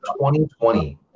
2020